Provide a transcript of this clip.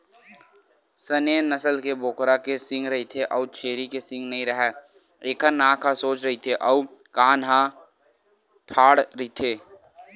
Saanen नसल के बोकरा के सींग रहिथे अउ छेरी के सींग नइ राहय, एखर नाक ह सोज होथे अउ कान ह ठाड़ रहिथे